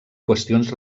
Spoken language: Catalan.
qüestions